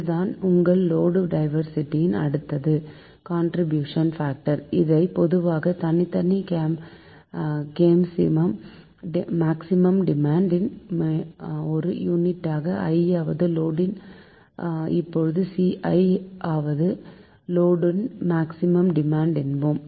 இதுதான் உங்கள் load diversity அடுத்தது கான்ட்ரிபியூஷன் பாக்டர் இதை பொதுவாக தனித்தனி மேக்சிமம் டிமாண்ட் ன் ஒரு யூனிட் ஆக i யாவது லோடு ன் இப்போது Ci i யாவது லோடு ன் மேக்சிமம் டிமாண்ட் என்போம்